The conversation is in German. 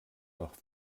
nach